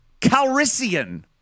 Calrissian